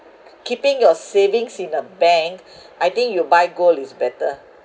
keeping your savings in the bank I think you buy gold is better